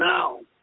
Now